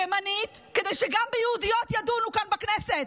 ימנית, כדי שגם ביהודיות ידונו כאן בכנסת.